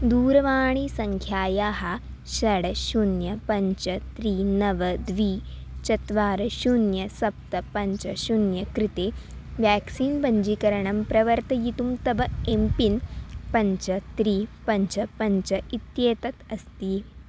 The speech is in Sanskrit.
दूरवाणीसङ्ख्यायाः षट् शून्यं पञ्च त्रीणि नव द्वे चत्वारि शून्यं सप्त पञ्च शून्यं कृते व्याक्सीन् पञ्जीकरणं प्रवर्तयितुं तव एम् पिन् पञ्च त्रीणि पञ्च पञ्च इत्येतत् अस्ति